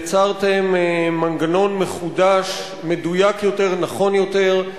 יצרתם מנגנון מחודש, מדויק יותר, נכון יותר.